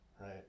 right